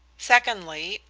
secondly,